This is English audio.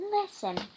listen